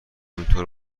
اینطور